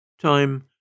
Time